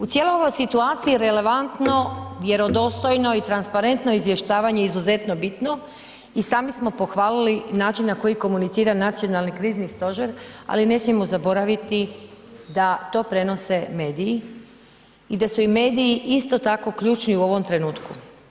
U cijeloj ovoj situaciji je relevantno, vjerodostojno i transparentno izvještavanje izuzetno bitno i sami smo pohvalili način na koji komunicira Nacionalni krizni stožer, ali ne smijemo zaboraviti da to prenose mediji i da su i mediji isto tako ključni u ovom trenutku.